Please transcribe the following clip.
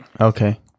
Okay